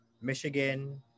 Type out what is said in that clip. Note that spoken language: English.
Michigan